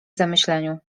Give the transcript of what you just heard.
zamyśleniu